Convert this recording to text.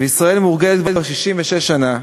וישראל מורגלת כבר 66 שנה: